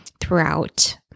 throughout